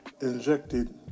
injected